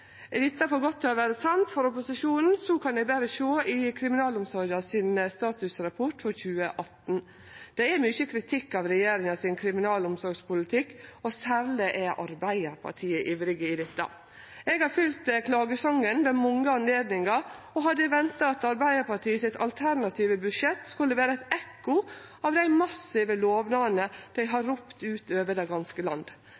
Er dette for godt til å være sant for opposisjonen, kan dei berre sjå i statusrapporten for kriminalomsorga for 2018. Det er mykje kritikk av regjeringa sin kriminalomsorgspolitikk, og særleg er Arbeidarpartiet ivrige i dette. Eg har fylgt klagesongen ved mange anledningar og hadde venta at Arbeidarpartiets alternative budsjett skulle vere eit ekko av dei massive lovnadene dei har ropt ut over det ganske land.